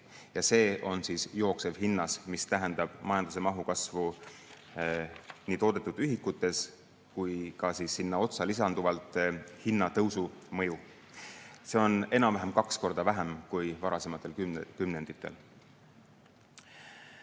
ja see on jooksevhindades, mis tähendab majanduse mahu kasvu nii toodetud ühikutes kui ka sinna otsa lisanduvalt hinnatõusu mõju. See on enam-vähem kaks korda vähem kui varasematel kümnenditel.